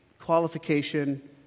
qualification